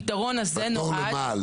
בתור למה?